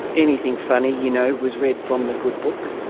anything funny you know was read from the good book.